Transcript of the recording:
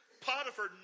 Potiphar